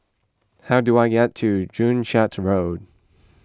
how do I get to Joo Chiat Road